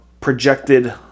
projected